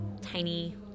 tiny